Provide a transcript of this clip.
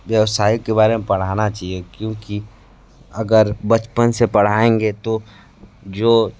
व्यवसाय के बारे में पढ़ाना चाहिए क्योंकि अगर बचपन से पढ़ाएंगे तो जो